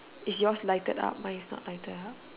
is yours lighted up mine is not lighted up